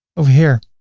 over here.